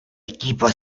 equipo